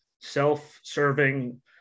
self-serving